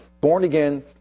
born-again